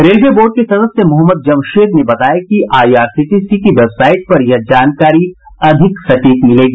railway board के सदस्य मोहम्मद जमशेद ने बताया कि आईआरसीटीसी की वेबसाईट पर यह जानकारी अधिक सटीक मिलेगी